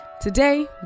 Today